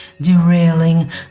derailing